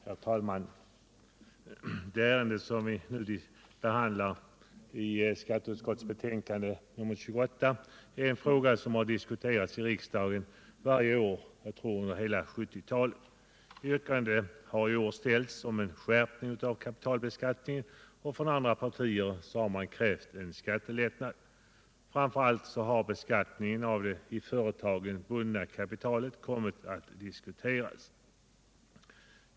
Herr talman! Det ärende som vi nu diskuterar och som behandlas i skatteutskottets betänkande nr 28 har nog varit uppe i riksdagen under hela 1970-talet. I år har det yrkats på en skärpning av kapitalbeskattningen, men från vissa partiers sida har det krävts en skattelättnad. Framför allt har beskattningen av det i företagen bundna kapitalet kommit att diskuteras.